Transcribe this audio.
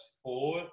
four